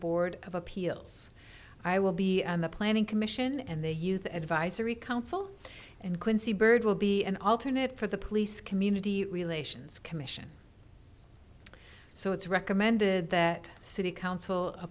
board of appeals i will be the planning commission and the youth advisory council and quincy byrd will be an alternate for the police community relations commission so it's recommended that city council a